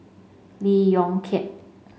Lee Yong Kiat